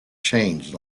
changed